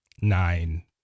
Nine